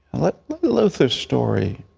let luther's story